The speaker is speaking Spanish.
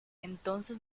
entonces